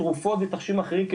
תרופות ותכשירים אחרים,